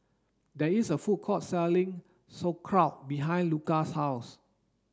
there is a food court selling Sauerkraut behind Luka's house